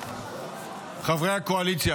חברי הקואליציה,